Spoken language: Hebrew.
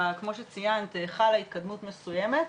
כמו שציינת, חלה התקדמות מסוימת,